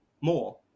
more